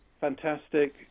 fantastic